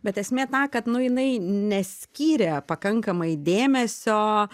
bet esmė ta kad nu jinai neskyrė pakankamai dėmesio